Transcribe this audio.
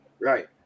Right